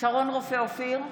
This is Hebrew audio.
שרון רופא אופיר,